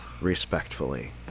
respectfully